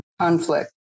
conflict